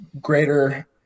greater